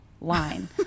line